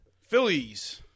Phillies